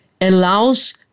allows